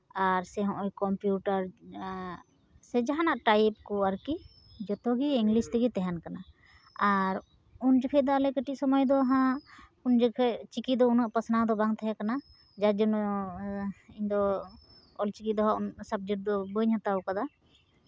ᱟᱨ ᱥᱮ ᱦᱚᱸᱜᱼᱚᱭ ᱚᱢᱯᱤᱭᱩᱴᱟᱨ ᱥᱮ ᱡᱟᱦᱟᱸᱱᱟᱜ ᱴᱟᱭᱤᱯ ᱠᱚ ᱟᱨᱠᱤ ᱡᱚᱛᱚ ᱜᱮ ᱤᱝᱞᱤᱥ ᱛᱮᱜᱮ ᱛᱮᱦᱮᱱ ᱠᱟᱱᱟ ᱟᱨ ᱩᱱ ᱡᱚᱠᱷᱚᱱ ᱫᱚ ᱟᱞᱮ ᱠᱟᱹᱴᱤᱡ ᱥᱚᱢᱚᱭ ᱫᱚ ᱦᱟᱸᱜ ᱩᱱ ᱡᱚᱠᱷᱚᱱ ᱪᱤᱠᱤ ᱫᱚ ᱩᱱᱟᱹᱜ ᱫᱚ ᱯᱟᱥᱱᱟᱣ ᱫᱚ ᱵᱟᱝ ᱛᱟᱦᱮᱸᱠᱟᱱᱟ ᱡᱟᱨ ᱡᱚᱱᱱᱚ ᱤᱧ ᱫᱚ ᱚᱞ ᱪᱤᱠᱤ ᱫᱚ ᱦᱟᱸᱜ ᱥᱟᱵᱡᱮᱠᱴ ᱫᱚ ᱵᱟᱹᱧ ᱦᱟᱛᱟᱣ ᱠᱟᱫᱟ